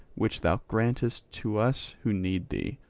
which thou grantest to us who need thee.